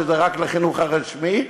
שזה רק לחינוך הרשמי,